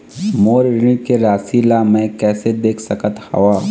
मोर ऋण के राशि ला म कैसे देख सकत हव?